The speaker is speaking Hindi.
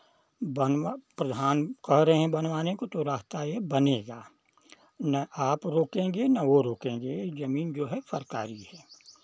बनवा प्रधान कह रहे हैं बनवाने को तो रास्ता एक बनेगा ना आप रोकेंगे आ वो रोकेंगे जमीन जो है सरकारी है